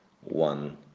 one